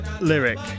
lyric